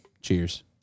cheers